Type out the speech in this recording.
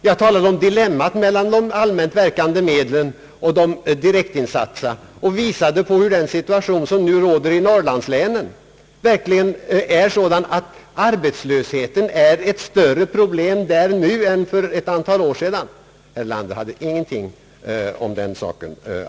Jag talade om dilemmat mellan de allmänt verkande medlen och de specialinsatta och visade på att den situation som nu råder i norrlandslänen verkligen är sådan att arbetslösheten där är ett större problem nu än för ett an tal år sedan. Herr Erlander hade ingenting att säga om den saken.